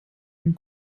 and